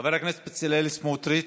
חבר הכנסת בצלאל סמוטריץ'